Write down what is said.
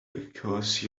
because